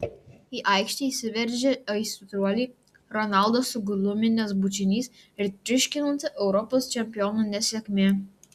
į aikštę įsiveržę aistruoliai ronaldo sugluminęs bučinys ir triuškinanti europos čempionų nesėkmė